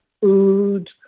food